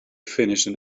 finished